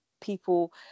people